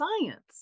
science